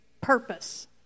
purpose